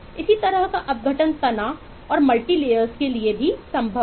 इसी तरह का अपघटन तना और मल्टीलेयर्स के लिए संभव है